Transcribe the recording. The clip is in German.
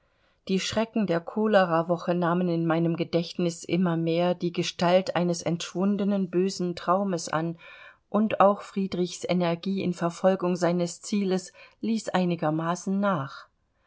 die schrecken der cholerawoche nahmen in meinem gedächtnis immer mehr die gestalt eines entschwundenen bösen traumes an und auch friedrichs energie in verfolgung seines zieles ließ einigermaßen nach